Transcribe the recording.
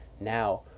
now